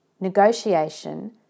negotiation